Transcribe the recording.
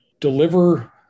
deliver